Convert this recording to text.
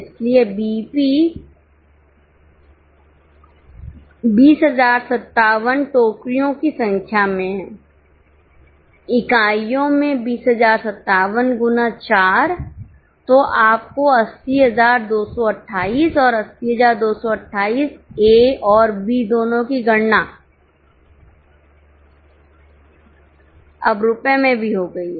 इसलिए बीईपी 20057 टोकरीयो की संख्या में है इकाइयों में 20057 गुना 4 तो आपको 80228 और 80228ए और बी दोनों की गणना अब रुपये में भी हो गई है